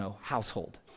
household